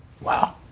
Wow